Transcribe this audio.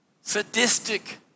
sadistic